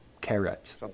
Carrot